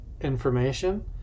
information